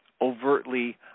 overtly